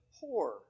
poor